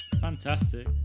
fantastic